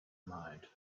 mind